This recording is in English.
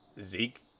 Zeke